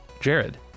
Jared